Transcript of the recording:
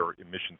emissions